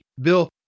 Bill